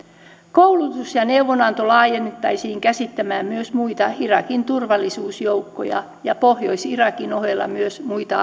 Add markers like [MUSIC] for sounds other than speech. koulutus ja neuvonanto laajennettaisiin käsittämään myös muita irakin turvallisuusjoukkoja ja pohjois irakin ohella myös muita [UNINTELLIGIBLE]